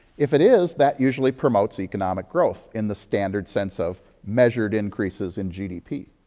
if it is, that usually promotes economic growth in the standard sense of measured increases in gdp.